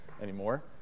anymore